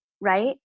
Right